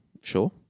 sure